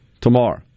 tomorrow